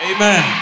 Amen